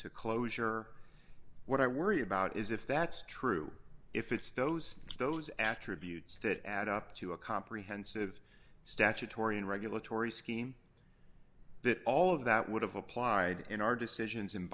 to closure what i worry about is if that's true if it's those those attributes that add up to a comprehensive statutory and regulatory scheme that all of that would have applied in our decisions